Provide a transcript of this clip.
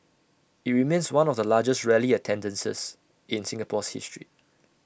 IT remains one of the largest rally attendances in Singapore's history